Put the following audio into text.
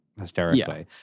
hysterically